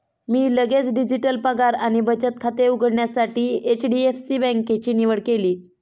मी लगेच डिजिटल पगार आणि बचत खाते उघडण्यासाठी एच.डी.एफ.सी बँकेची निवड केली